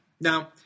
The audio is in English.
Now